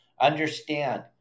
understand